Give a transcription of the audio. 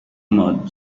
mud